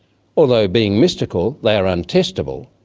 although being mystical they are untestable,